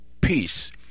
peace